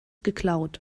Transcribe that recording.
geklaut